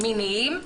מיניים.